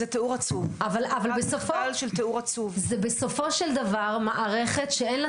אבל זו בסופו של דבר מערכת שאין לה